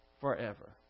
forever